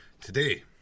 today